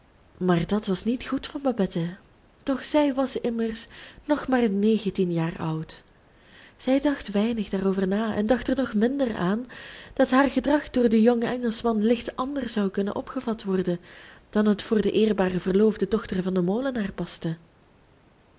maar dat was niet goed van babette doch zij was immers nog maar negentien jaar oud zij dacht weinig daarover na en dacht er nog minder aan dat haar gedrag door den jongen engelschman licht anders zou kunnen opgevat worden dan het voor de eerbare verloofde dochter van den molenaar paste